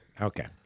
Okay